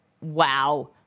wow